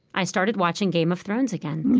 i started watching game of thrones again.